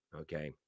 Okay